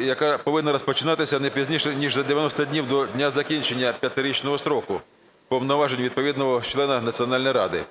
яка повинна розпочинатися не пізніше ніж за 90 днів до дня закінчення 5-річного строку повноважень відповідного члена Національної ради.